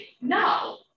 no